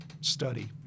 study